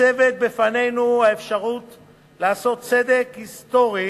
ניצבת לפנינו האפשרות לעשות צדק היסטורי